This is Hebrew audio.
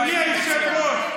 אדוני היושב-ראש,